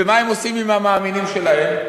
ומה הם עושים עם המאמינים שלהם?